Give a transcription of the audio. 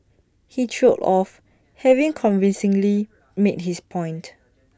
he trailed off having convincingly made his point